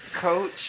Coach